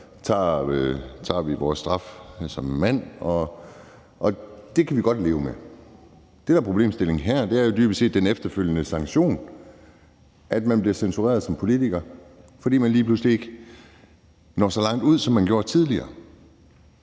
tager vi vores straf som en mand, og det kan vi godt leve med. Det, der er problemstillingen her, er dybest set den efterfølgende sanktion, at man bliver censureret som politiker, så man lige pludselig ikke når så langt ud, som man gjorde tidligere.